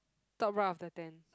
top right of the tent